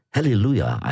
Hallelujah